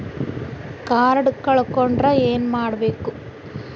Card ಕಳ್ಕೊಂಡ್ರ ಏನ್ ಮಾಡಬೇಕು?